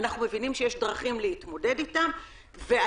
אנחנו מבינים שיש דרכים להתמודד אתם והציבור